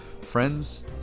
friends